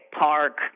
Park